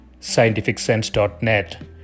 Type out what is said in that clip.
scientificsense.net